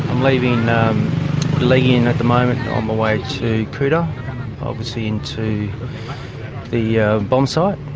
leaving legian at the moment on my way to kuta, obviously into the yeah bombsite.